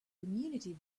community